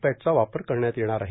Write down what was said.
पॅटचा वापर करण्यात येणार आहे